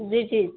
ଦେଇଛି